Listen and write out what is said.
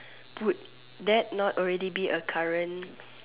would that not already be a current